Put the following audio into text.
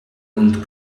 und